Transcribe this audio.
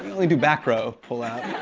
only do back row pull out.